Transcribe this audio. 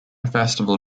festival